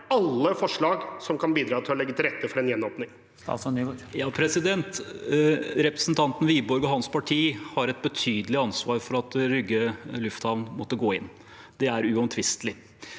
alle forslag som kan bidra til å legge til rette for en gjenåpning? Statsråd Jon-Ivar Nygård Representan- ten Wiborg og hans parti har et betydelig ansvar for at Rygge lufthavn måtte gå inn. Det er uomtvistelig.